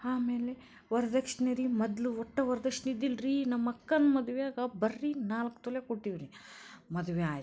ಆಮೇಲೆ ವರ್ದಕ್ಷಿಣೆ ರೀ ಮೊದ್ಲು ಒಟ್ಟು ವರದಕ್ಷಿಣೆ ಇದ್ದಿಲ್ಲರೀ ನಮ್ಮಅಕ್ಕನ ಮದುವೆಯಾಗ ಬರೀ ನಾಲ್ಕು ತೊಲ ಕೊಟ್ಟೀವ್ರಿ ಮದುವೆ ಆಯಿತು ರೀ